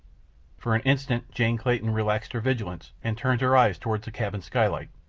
for an instant jane clayton relaxed her vigilance, and turned her eyes toward the cabin skylight.